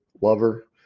lover